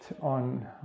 on